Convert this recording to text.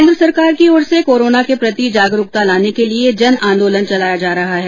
केन्द्र सरकार की ओर से कोरोना के प्रति जागरूकता लाने के लिए जन आंदोलन चलाया जा रहा है